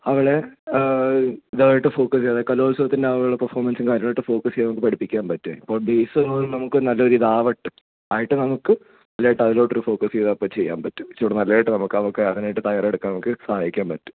അവളെ ഇതായിട്ട് ഫോകസ് ചെയ്യാൻ അതായത് കലോത്സവത്തിന് അവളുടെ പേർഫോർമൻസും കാര്യമായിട്ട് ഫോകസ് ചെയ്ത് നമുക്ക് പഠിപ്പിക്കാൻ പറ്റുവെ അപ്പോൾ ബേസ് നമുക്ക് നല്ലൊരു ഇത് ആവട്ടെ ആയിട്ട് നമുക്ക് നല്ലായിട്ട് അതിലോട്ട് ഒരു ഫോക്കസ് ചെയ്ത് അപ്പോൾ ചെയ്യാൻ പറ്റും ഇച്ചിരികൂടെ നല്ലതായിട്ട് നമുക്ക് നമുക്ക് അതിനായിട്ട് തയ്യാറെടുക്കാൻ നമുക്ക് സഹായിക്കാൻ പറ്റും